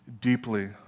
deeply